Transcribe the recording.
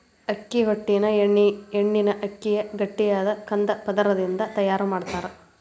ಅಕ್ಕಿ ಹೊಟ್ಟಿನ ಎಣ್ಣಿನ ಅಕ್ಕಿಯ ಗಟ್ಟಿಯಾದ ಕಂದ ಪದರದಿಂದ ತಯಾರ್ ಮಾಡ್ತಾರ